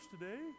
today